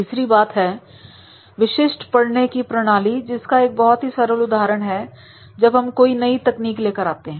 तीसरा बात है विशिष्ट पढ़ने की प्रणाली जिसका एक बहुत ही सरल उदाहरण है जब हम कोई नई तकनीक लेकर आते हैं